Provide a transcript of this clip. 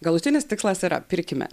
galutinis tikslas yra pirkime